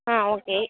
ஆ okay